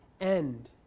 end